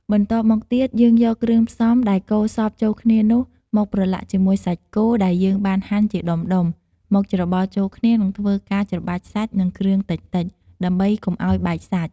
បន្ទាប់មកទៀតយើងយកគ្រឿងផ្សំដែលកូរសព្វចូលគ្នានោះ មកប្រឡាក់ជាមួយសាច់គោដែលយើងបានហាន់ជាដុំៗ មកច្របល់ចូលគ្នានិងធ្វើការច្របាច់សាច់និងគ្រឿងតិចៗ ដើម្បីកុំអោយបែកសាច់។